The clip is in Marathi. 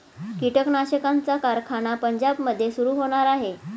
कीटकनाशकांचा कारखाना पंजाबमध्ये सुरू होणार आहे